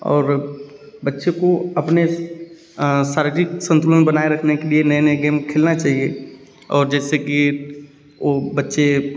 और बच्चे को अपना शारीरिक संतुलन बनाए रखने के लिए नए नए खेल खेलना चाहिए और जैसा कि वो बच्चे